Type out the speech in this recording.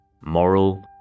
moral